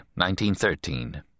1913